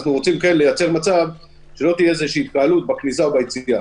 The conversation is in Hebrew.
אנחנו רוצים לייצר מצב שלא תהיה התקהלות בכניסה או ביציאה,